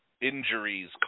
Injuries